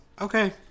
Okay